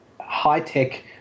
high-tech